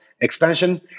Expansion